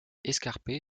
escarpé